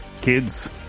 kids